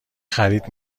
خرید